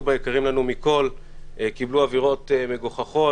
ביקרים לנו מכל קיבלו עבירות מגוחכות,